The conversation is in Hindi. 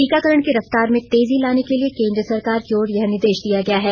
टीकाकरण की रफ्तार में तेजी लाने के लिए केन्द्र सरकार की ओर यह निर्देश दिया गया है